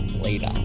later